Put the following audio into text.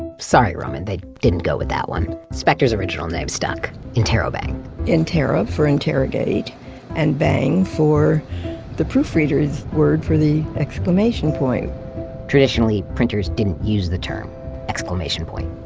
sorry roman, they didn't go with that one. speckter's original name stuck. interrobang interro for interrogate and bang for the proofreader's word for the exclamation point traditionally, printers didn't use the term exclamation point.